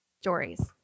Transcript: stories